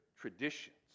traditions